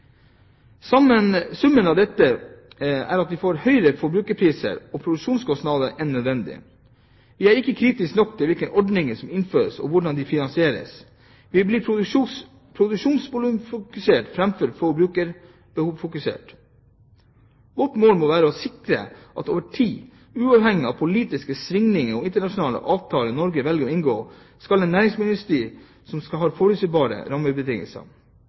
Summen av dette er at vi får høyere forbrukerpriser og produksjonskostnader enn nødvendig. Vi er ikke kritiske nok til hvilke ordninger som innføres, og hvordan de finansieres. Vi forblir produksjonsvolumfokusert framfor forbrukerbehovfokusert. Vårt mål må være å sikre at vi over tid, uavhengig av politiske svingninger og internasjonale avtaler Norge velger å inngå, skal ha en næringsmiddelindustri som har forutsigbare rammebetingelser.